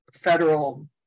federal